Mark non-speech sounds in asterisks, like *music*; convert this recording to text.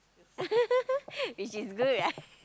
*laughs* which is good right